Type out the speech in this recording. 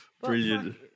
brilliant